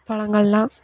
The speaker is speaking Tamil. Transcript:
பழங்கள்லாம்